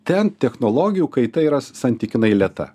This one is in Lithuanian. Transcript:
ten technologijų kaita yra santykinai lėta